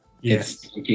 Yes